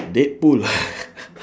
deadpool